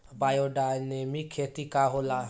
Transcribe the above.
Biodynamic खेती का होला?